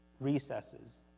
recesses